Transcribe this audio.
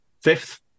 Fifth